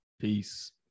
Peace